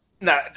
No